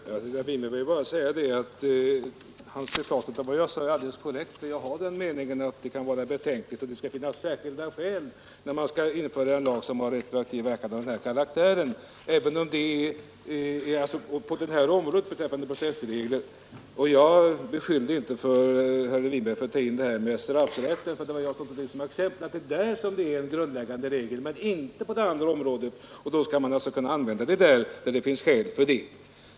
Herr talman! Till herr Winberg vill jag bara säga att hans citat av vad jag sagt är helt korrekt. Jag har den meningen att det kan vara betänkligt med en retroaktiv lagstiftning och att det skall finnas särskilda skäl för att införa en lag av den karaktären även beträffande processregler. Jag beskyllde inte herr Winberg för att ha fört in straffrätten i resonemanget. Jag tog den som ett exempel på att det där är en gammal och grundläggande regel att inte lagstifta retroaktivt. På andra områden bör man kunna använda ett sådant förfarande om det finns skäl för det.